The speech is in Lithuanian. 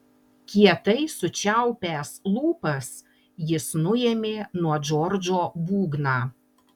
kietai sučiaupęs lūpas jis nuėmė nuo džordžo būgną